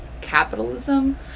capitalism